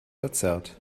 verzerrt